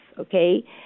Okay